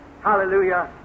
Hallelujah